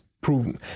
proven